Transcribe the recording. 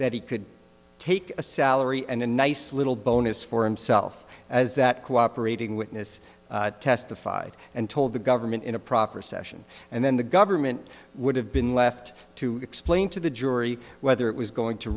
that he could take a salary and a nice little bonus for him self as that cooperating witness testified and told the government in a proper session and then the government would have been left to explain to the jury whether it was going to